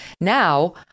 Now